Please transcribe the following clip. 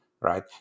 right